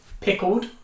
pickled